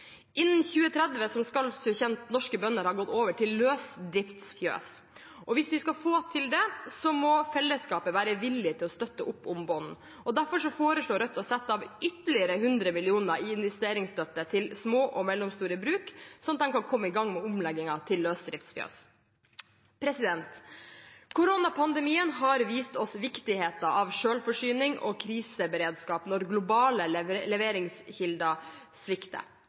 Innen 2030 skal som kjent norske bønder ha gått over til løsdriftsfjøs. Hvis vi skal få til det, må fellesskapet være villig til å støtte opp om bonden. Derfor foreslår Rødt å sette av ytterligere 100 mill. kr i investeringsstøtte til små og mellomstore bruk, slik at de kan komme i gang med omleggingen til løsdriftsfjøs. Koronapandemien har vist oss viktigheten av selvforsyning og kriseberedskap når globale leveringskilder svikter.